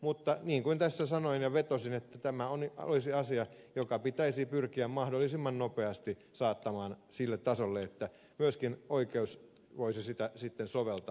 mutta niin kuin tässä sanoin ja vetosin tämä olisi asia joka pitäisi pyrkiä mahdollisimman nopeasti saattamaan sille tasolle että myöskin oikeus voisi sitä sitten soveltaa